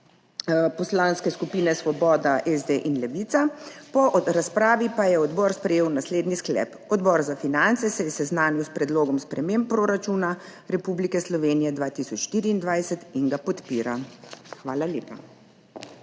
poslanskih skupin Svoboda, SD in Levica. Po razpravi pa je odbor sprejel naslednji sklep: Odbor za finance se je seznanil s Predlogom sprememb proračuna Republike Slovenije 2024 in ga podpira. Hvala lepa.